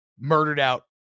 murdered-out